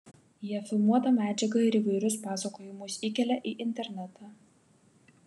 jie filmuotą medžiagą ir įvairius pasakojimus įkelia į internetą